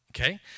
okay